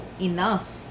enough